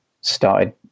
started